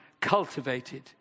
cultivated